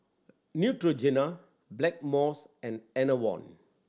Neutrogena Blackmores and Enervon